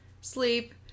Sleep